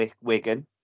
Wigan